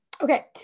Okay